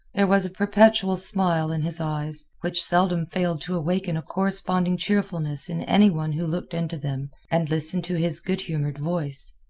there was a perpetual smile in his eyes, which seldom failed to awaken a corresponding cheerfulness in any one who looked into them and listened to his good-humored voice.